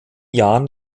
jahren